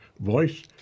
Voice